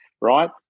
right